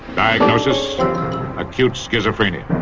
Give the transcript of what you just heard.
diagnosis acute schizophrenia.